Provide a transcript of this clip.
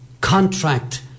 contract